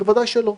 בוודאי שלא.